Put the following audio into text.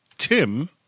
tim